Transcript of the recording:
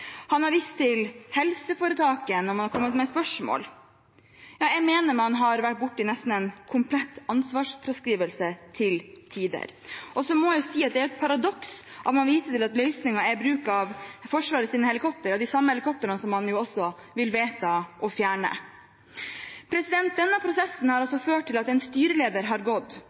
Han har vist til helseforetaket når man har kommet med spørsmål. Jeg mener man har vært borti nesten en komplett ansvarsfraskrivelse til tider. Og så må jeg si at det er et paradoks at man viser til at løsningen er bruk av Forsvarets helikoptre – de samme helikoptrene som man også vil vedta å fjerne. Denne prosessen har ført til at en styreleder har gått.